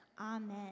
amen